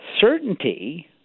certainty